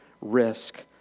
risk